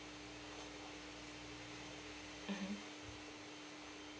mmhmm